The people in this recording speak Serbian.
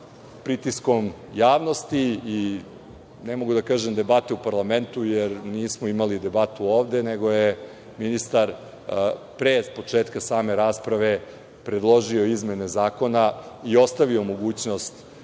pritiskom javnosti i ne mogu da kažem debate u parlamentu, jer nismo imali debatu ovde, nego je ministar pre početka same rasprave predložio izmene zakona i ostavio mogućnost